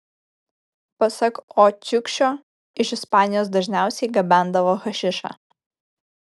pasak o čiukšio iš ispanijos dažniausiai gabendavo hašišą